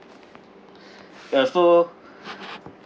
ya so